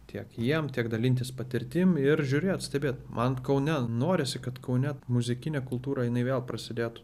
tiek jiem tiek dalintis patirtim ir žiūrėt stebėt man kaune norisi kad kaune muzikinė kultūra jinai vėl prasidėtų